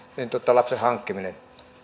lapsen hankkiminen